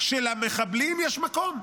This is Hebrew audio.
שלמחבלים יש מקום,